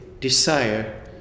desire